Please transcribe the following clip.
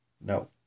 No